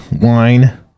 wine